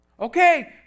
Okay